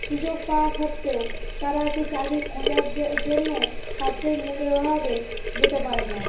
সুযোগ পাওয়া সত্ত্বেও তারা সেই চাকরি খোঁজার যে জন্য সাশ্রয়ী মূল্যের অভাবে যেতে পারে না